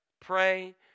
pray